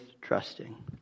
trusting